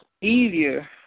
easier